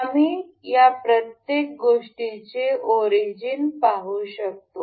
आम्ही या प्रत्येक गोष्टीचे ऑरिजिन पाहू शकतो